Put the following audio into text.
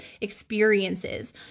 experiences